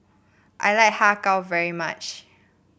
I like Har Kow very much